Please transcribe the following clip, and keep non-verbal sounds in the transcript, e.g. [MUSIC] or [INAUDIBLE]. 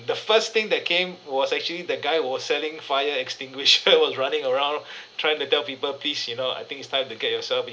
the first thing that came was actually the guy who was selling fire extinguisher [LAUGHS] he was running around [BREATH] trying to tell people please you know I think it's time to get yourself